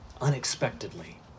unexpectedly